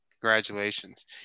Congratulations